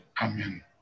Amen